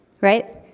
Right